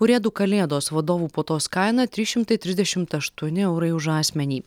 urėdų kalėdos vadovų puotos kaina trys šimtai trisdešimt aštuoni eurai už asmenį